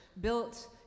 built